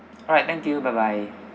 alright thank you bye bye